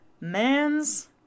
man's